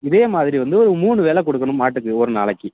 இதே மாதிரி வந்து மூணு வேளை கொடுக்கணும் மாட்டுக்கு ஒரு நாளைக்கு